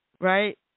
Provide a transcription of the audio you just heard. right